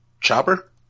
Chopper